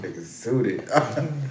suited